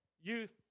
youth